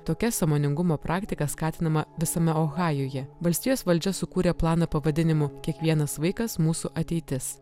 tokia sąmoningumo praktika skatinama visame ohajuje valstijos valdžia sukūrė planą pavadinimu kiekvienas vaikas mūsų ateitis